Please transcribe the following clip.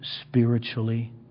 spiritually